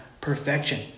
perfection